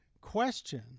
question